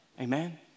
Amen